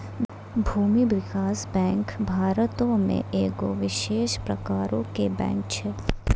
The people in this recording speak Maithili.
भूमि विकास बैंक भारतो मे एगो विशेष प्रकारो के बैंक छै